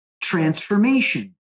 Transformation